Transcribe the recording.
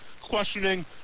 questioning